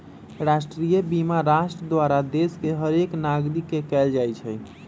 राष्ट्रीय बीमा राष्ट्र द्वारा देश के हरेक नागरिक के कएल जाइ छइ